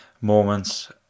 moments